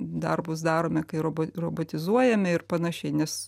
darbus darome kai robo robotizuojame ir panašiai nes